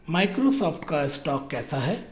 Microsoft का stock कैसा है